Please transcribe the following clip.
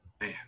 Man